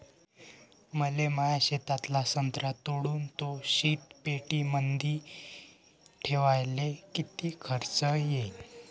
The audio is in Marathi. मले माया शेतातला संत्रा तोडून तो शीतपेटीमंदी ठेवायले किती खर्च येईन?